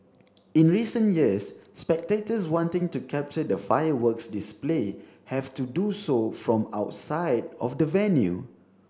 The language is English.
in recent years spectators wanting to capture the fireworks display have to do so from outside of the venue